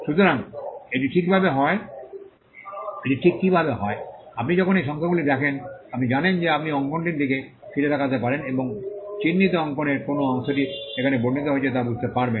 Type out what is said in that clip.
সুতরাং এটি ঠিক কীভাবে হয় আপনি যখন এই সংখ্যাগুলি দেখেন আপনি জানেন যে আপনি অঙ্কনটির দিকে ফিরে তাকাতে পারেন এবং চিহ্নিত অঙ্কনের কোন অংশটি এখানে বর্ণিত হয়েছে তা বুঝতে পারবেন